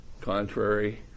contrary